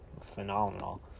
phenomenal